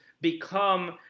become